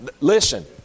Listen